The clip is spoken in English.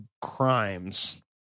crimes